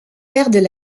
perdent